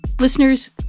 Listeners